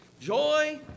Joy